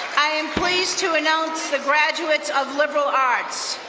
i am pleased to announce the graduates of liberal arts.